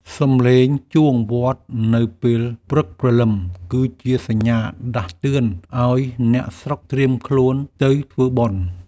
សំឡេងជួងវត្តនៅពេលព្រឹកព្រលឹម គឺជាសញ្ញាដាស់តឿនឱ្យអ្នកស្រុកត្រៀមខ្លួនទៅធ្វើបុណ្យ។